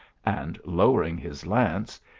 and, lowering his lance,